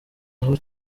aho